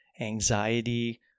anxiety